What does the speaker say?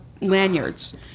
lanyards